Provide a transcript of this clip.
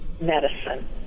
medicine